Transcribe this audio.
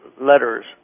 letters